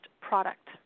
product